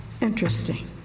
Interesting